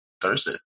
Thursday